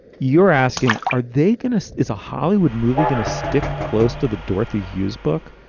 you're asking, are they keenest? is a hollywood movie going to stick close to the dorothy hughes book?